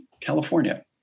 California